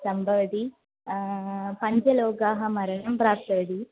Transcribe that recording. सम्भवती पञ्चलोकाः मरणं प्राप्तवन्तः